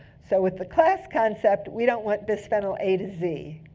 so with the class concept, we don't want bisphenol a to z.